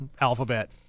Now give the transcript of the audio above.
alphabet